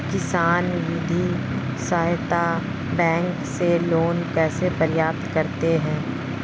किसान वित्तीय सहायता बैंक से लोंन कैसे प्राप्त करते हैं?